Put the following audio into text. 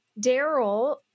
Daryl